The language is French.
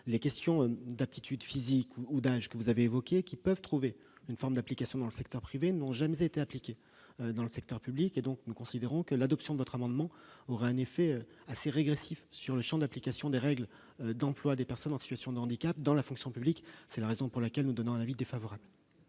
les critères d'aptitude physique ou d'âge, évoqués par M. le rapporteur, peuvent trouver une forme d'application dans le secteur privé, mais n'ont jamais été appliqués dans le secteur public. Aussi, nous considérons que l'adoption de cet amendement aurait pour effet de restreindre le champ d'application des règles d'emploi des personnes en situation de handicap dans la fonction publique. C'est la raison pour laquelle nous émettons un avis défavorable.